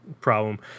problem